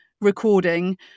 recording